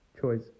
choice